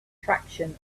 traction